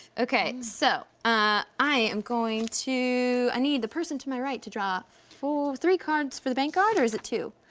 okay, so. i am going to, i need the person to my right to draw four, three cards for the bank guard, or is it two?